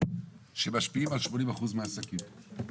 שמשפיעים על 80% מהעסקים.